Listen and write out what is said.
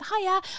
hiya